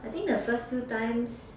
I think the first few times